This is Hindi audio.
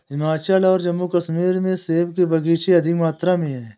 हिमाचल और जम्मू कश्मीर में सेब के बगीचे अधिक मात्रा में है